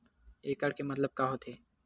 एकड़ के मतलब का होथे?